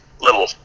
little